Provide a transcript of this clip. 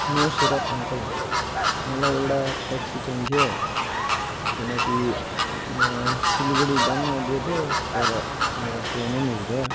म सिरप अङ्कल मलाई एउटा ट्याक्सी चाहिएको थियो किनकि म सिलगढी जानुआँटेको थियो तर मेरो ट्रेनै मिस भयो